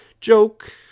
joke